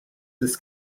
this